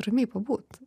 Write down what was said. ramiai pabūt